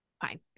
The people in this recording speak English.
fine